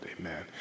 amen